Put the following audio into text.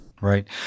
Right